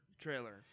trailer